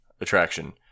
attraction